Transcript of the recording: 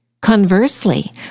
Conversely